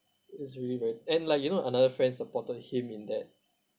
it's really bad and like you know another friend supported him in that